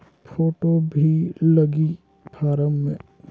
Photo भी लगी form मे?